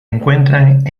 encuentran